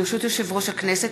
ברשות יושב-ראש הכנסת,